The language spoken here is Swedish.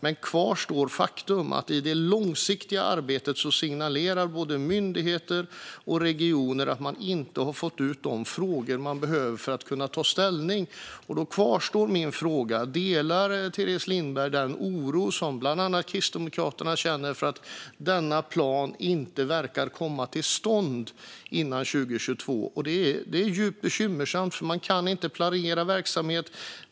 Men kvar står faktum att i det långsiktiga arbetet signalerar både myndigheter och regioner att man inte har fått de frågor man behöver för att kunna ta ställning. Min fråga kvarstår: Delar Teres Lindberg den oro som bland annat Kristdemokraterna känner för att denna plan inte verkar komma till stånd före 2022? Det är djupt bekymmersamt, för man kan inte planera verksamhet.